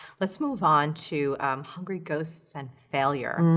let's move on to hungry ghosts and failure,